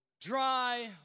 dry